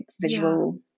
visual